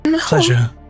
Pleasure